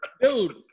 dude